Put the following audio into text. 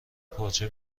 پارچه